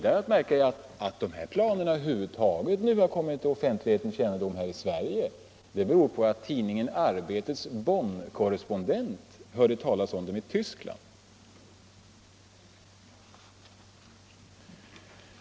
Att dessa planer över huvud taget har kommit till offentlighetens kännedom i Sverige beror på att Arbetets korrespondent i Bonn hörde talas om dem i Tyskland.